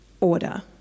order